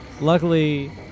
luckily